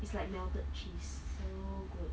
it's like melted cheese so good